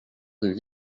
rue